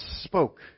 spoke